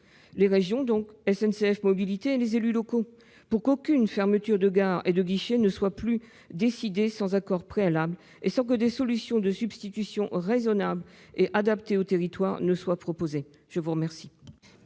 régionaux, SNCF Mobilités et les élus locaux, afin qu'aucune fermeture de gare ou de guichet ne soit plus décidée sans accord préalable, et sans que des solutions de substitution raisonnables et adaptées au territoire soient proposées ? La parole